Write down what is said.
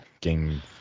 game